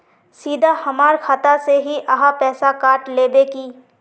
सीधा हमर खाता से ही आहाँ पैसा काट लेबे की?